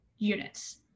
units